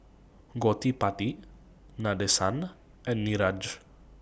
Gottipati Nadesan and Niraj